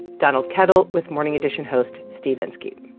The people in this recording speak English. donald kettl with morning edition host steve inskeep